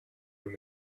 when